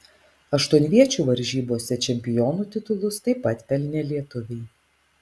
aštuonviečių varžybose čempionų titulus taip pat pelnė lietuviai